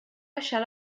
baixar